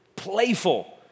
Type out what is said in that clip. Playful